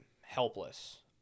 helpless